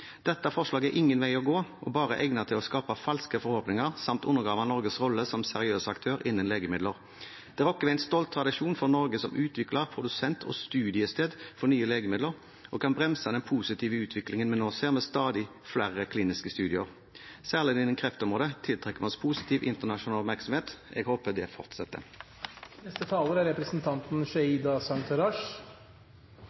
Dette forslaget er ingen vei å gå, det er bare egnet til å skape falske forhåpninger samt undergrave Norges rolle som seriøs aktør innenfor legemidler. Det rokker ved en stolt tradisjon for Norge som utvikler, produsent og studiested for nye legemidler og kan bremse den positive utviklingen vi nå ser med stadig flere kliniske studier. Særlig innen kreftområdet tiltrekker vi oss positiv, internasjonal oppmerksomhet. Jeg håper det